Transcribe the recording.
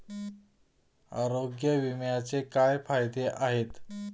आरोग्य विम्याचे काय फायदे आहेत?